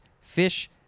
fish